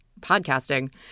podcasting